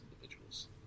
individuals